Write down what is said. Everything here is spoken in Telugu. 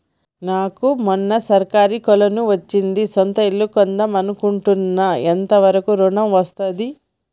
నాకు మొన్న సర్కారీ కొలువు వచ్చింది సొంత ఇల్లు కొన్దాం అనుకుంటున్నా ఎంత వరకు ఋణం వస్తది?